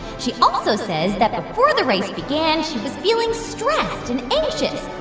she also says that before the race began, she was feeling stressed and anxious